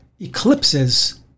eclipses